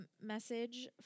message